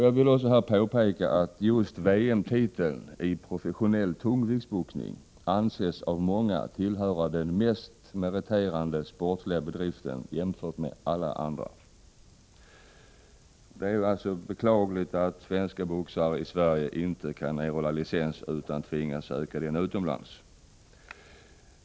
Jag vill här vidare påpeka att erövrandet av VM-titeln i professionell tungviktsboxning av många anses vara den jämfört med alla andra mest meriterande sportsliga bedriften. Det är därför beklagligt att svenska amatörboxare inte kan erhålla licens i Sverige utan tvingas ansöka om sådan utomlands.